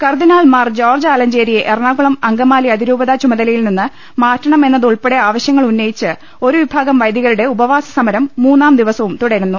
കർദ്ദിനാൾ ് മാർ ജോർജ് ആലഞ്ചേരിയെ എറണാകുളം അങ്കമാലി് അതിരൂപത ചുമതലയിൽ നിന്ന് മാറ്റണമെന്നതുൾപ്പെടെ ആവശ്യങ്ങൾ ഉന്നയിച്ച് ഒരു വിഭാഗം വൈദികരുടെ ഉപവാസ സമരം മൂന്നാം ദിവസവും തുടരുന്നു